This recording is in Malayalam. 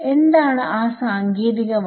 എന്താണ് ആ സാങ്കേതിക വാക്ക്